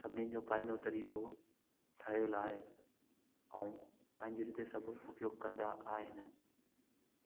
सभिनी जो पंहिंजो तरीक़ो ठहियल आहे ऐं पंहिंजी रीते सभु उपयोग कंदा आहिनि